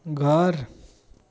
घर